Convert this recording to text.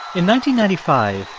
and ninety ninety five,